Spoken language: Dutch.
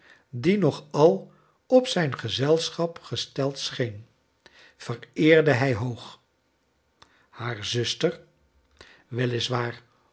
die nog al op zijn gezelschap gesteid scheen vereerde hij hoog haar zuster